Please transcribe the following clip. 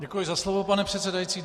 Děkuji za slovo, pane předsedající.